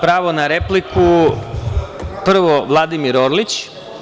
Pravo na repliku, prvo Vladimir Orlić.